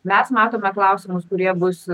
mes matome klausimus kurie bus